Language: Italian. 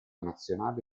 nazionale